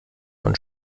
und